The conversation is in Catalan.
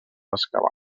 excavar